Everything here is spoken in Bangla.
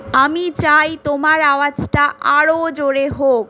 আমি চাই তোমার আওয়াজটা আরও জোরে হোক